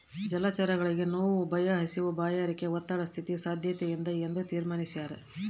ಜಲಚರಗಳಿಗೆ ನೋವು ಭಯ ಹಸಿವು ಬಾಯಾರಿಕೆ ಒತ್ತಡ ಸ್ಥಿತಿ ಸಾದ್ಯತೆಯಿಂದ ಎಂದು ತೀರ್ಮಾನಿಸ್ಯಾರ